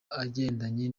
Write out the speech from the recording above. agendanye